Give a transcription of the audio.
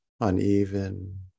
uneven